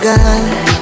God